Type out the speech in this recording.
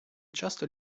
часто